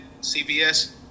CBS